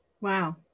Wow